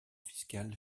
fiscal